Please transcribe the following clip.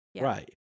right